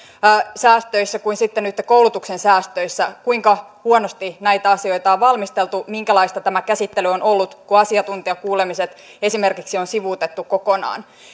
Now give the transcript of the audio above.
säästöissä kuin sitten nytten koulutuksen säästöissä kuinka huonosti näitä asioita on valmisteltu minkälaista tämä käsittely on ollut kun asiantuntijakuulemiset esimerkiksi on sivuutettu kokonaan